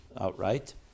outright